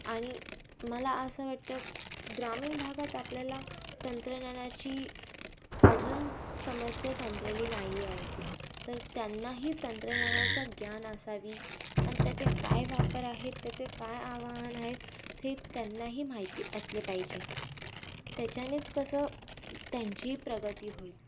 आणि मला असं वाटतं ग्रामीण भागात आपल्याला तंत्रज्ञानाची अजून समस्या संपलेली नाही आहे तर त्यांनाही तंत्रज्ञानाचा ज्ञान असावी आणि त्याचे काय वापर आहे त्याचे काय आव्हान आहेत ते त्यांनाही माहिती असले पाहिजे त्याच्यानेच कसं त्यांची प्रगती होईल